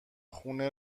خونه